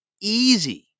easy